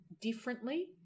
differently